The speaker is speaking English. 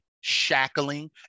shackling